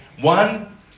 One